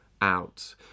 out